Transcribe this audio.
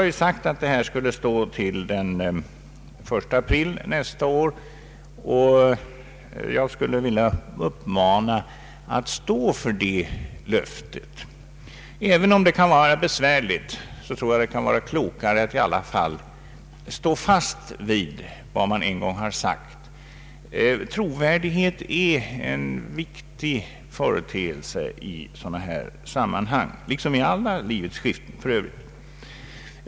Jag vill alltså uppmana er att verkligen stå för ert löfte. Även om det kan vara besvärligt tror jag att det i alla fall är klokare att stå fast vid vad man en gång har sagt. Trovärdighet är en viktig företeelse i sådana här sammanhang liksom i alla livets skiften för övrigt.